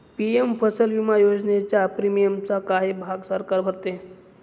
PM फसल विमा योजनेच्या प्रीमियमचा काही भाग सरकार भरते